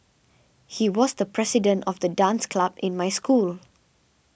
he was the president of the dance club in my school